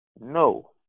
No